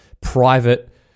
private